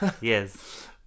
yes